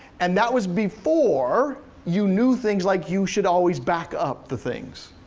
and that was before you knew things like you should always back up the things.